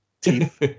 teeth